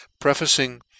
prefacing